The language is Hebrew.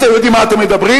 אתם יודעים מה אתם מדברים?